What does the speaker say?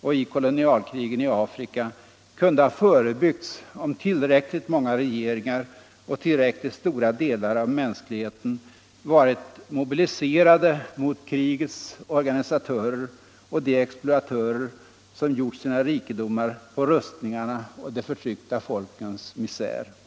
och i kolonialkrigen i Afrika kunde ha förebyggts om tillräckligt många regeringar och tillräckligt stora delar av mänskligheten varit mobiliserade mot krigens organisatörer och de exploatörer som gjort sina rikedomar på rustningarna och de förtryckta folkens misär.